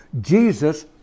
Jesus